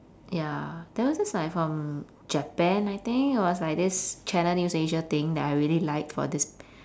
ya there was this like from japan I think it was like this channel news asia thing that I really liked for this